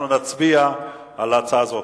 אנחנו נצביע על הצעה זאת.